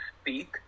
speak